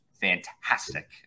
fantastic